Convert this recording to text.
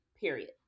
period